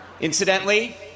Incidentally